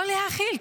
לא להכיל,